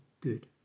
good